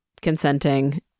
consenting